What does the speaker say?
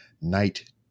night